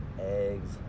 eggs